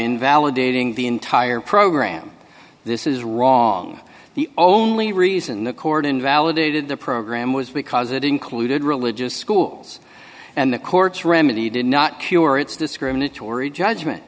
invalidating the entire program this is wrong the only reason the court invalidated the program was because it included religious schools and the courts remedy did not cure its discriminatory judgment